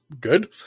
good